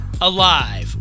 alive